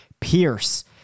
Pierce